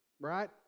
right